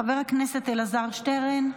חבר הכנסת אלעזר שטרן,